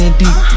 deep